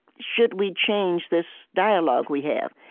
should we change this dialogue we have?